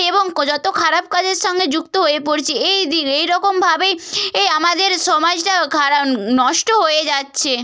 এবং ক্ যত খারাপ কাজের সঙ্গে যুক্ত হয়ে পড়ছে এই দিক এই রকম ভাবেই এই আমাদের সমাজটা খারা নষ্ট হয়ে যাচ্ছে